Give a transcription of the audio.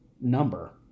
number